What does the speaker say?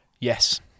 yes